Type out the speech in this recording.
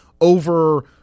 over